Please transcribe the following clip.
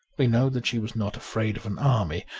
we know that she was not afraid of an army,